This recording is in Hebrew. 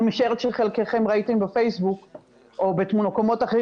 אני משערת שחלקכם ראיתם בפייסבוק או במקומות אחרים